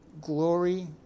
glory